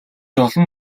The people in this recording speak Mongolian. олон